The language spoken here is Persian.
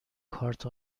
کارت